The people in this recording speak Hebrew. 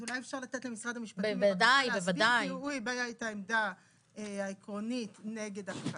אז אולי אפשר לתת למשרד המשפטים להסביר את העמדה העקרונית נגד הקפאה,